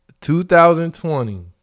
2020